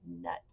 nuts